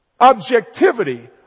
objectivity